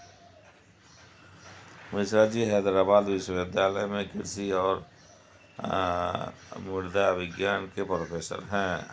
मिश्राजी हैदराबाद विश्वविद्यालय में कृषि और मृदा विज्ञान के प्रोफेसर हैं